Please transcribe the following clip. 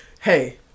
Hey